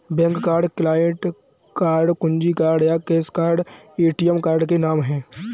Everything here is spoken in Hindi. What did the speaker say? बैंक कार्ड, क्लाइंट कार्ड, कुंजी कार्ड या कैश कार्ड ए.टी.एम कार्ड के नाम है